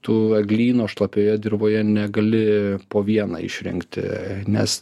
tu eglyno šlapioje dirvoje negali po vieną išrengti nes